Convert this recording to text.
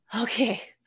Okay